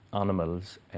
animals